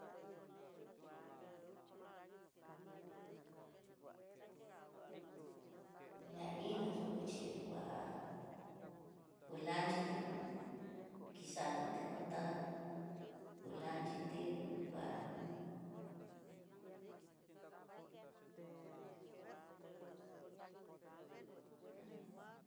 La iná xo nguixi va'a, kualanxhiti kón kixani té kontá, ku lanxhiti nguanó.